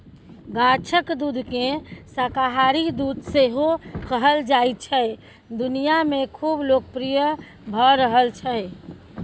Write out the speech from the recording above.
गाछक दुधकेँ शाकाहारी दुध सेहो कहल जाइ छै दुनियाँ मे खुब लोकप्रिय भ रहल छै